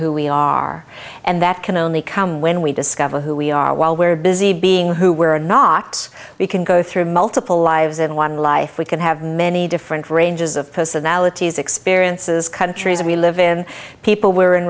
who we are and that can only come when we discover who we are while we're busy being who were not we can go through multiple lives in one life we can have many different ranges of personalities experiences countries we live in people we're in